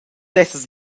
essas